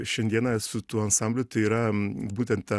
šiandieną su tuo ansambliu tai yra būtent ta